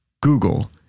Google